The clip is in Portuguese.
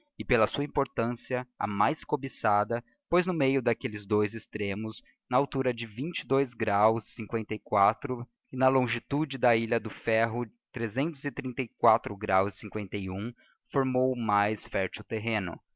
e pela sua importância a mais cobiçada pois no meio daquelles dois extremos na altura de e do grãos e e na longitude da ilha do ferro o grão formou o mais íertil terreno